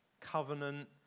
covenant